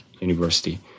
university